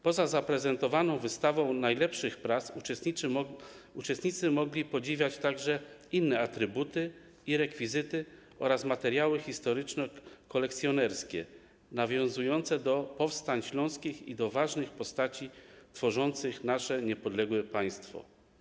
Poza zaprezentowaną wystawą najlepszych prac uczestnicy mogli podziwiać także inne atrybuty i rekwizyty oraz materiały historyczno-kolekcjonerskie nawiązujące do powstań śląskich i do ważnych postaci tworzących nasze niepodległe państwo.